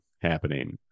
happening